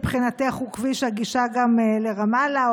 מבחינתך הוא כביש הגישה גם לרמאללה,